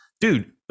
dude